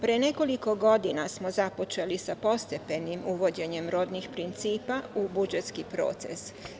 Pre nekoliko godina smo započeli sa postepenim uvođenjem rodnih principa u budžetski proces.